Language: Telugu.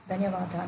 ధన్యవాదాలు